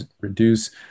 reduce